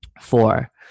Four